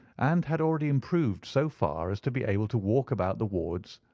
and had already improved so far as to be able to walk about the wards,